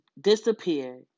disappeared